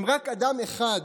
אם רק אדם אחד